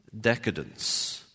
decadence